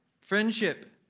Friendship